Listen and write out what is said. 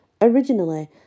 Originally